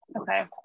Okay